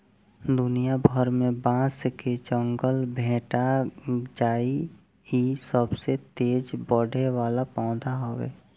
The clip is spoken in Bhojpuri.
दुनिया भर में बांस के जंगल भेटा जाइ इ सबसे तेज बढ़े वाला पौधा हवे